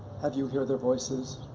have you hear their voices,